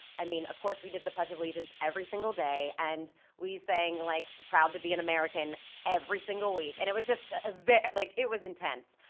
i mean, of course we did the pledge of allegiance every single day and we sang like proud to be an american every single week and it was just, ah very, like it was intense.